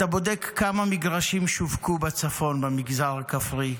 אתה בודק כמה מגרשים שווקו בצפון, במגזר הכפרי,